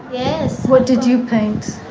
yes what did you paint?